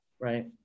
right